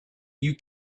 you